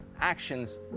actions